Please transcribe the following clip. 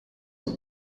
der